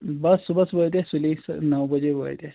بَس صُبحَس وٲتۍ أسۍ سُلی نَو بَجے وٲتۍ أسۍ